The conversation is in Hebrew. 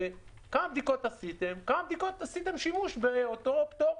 חברים יקרים, בכמה בדיקות עשיתם שימוש באותו פטור?